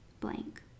blank